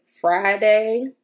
Friday